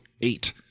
eight